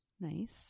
Nice